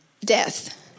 death